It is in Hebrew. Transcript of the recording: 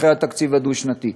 אחרי התקציב הדו-שנתי.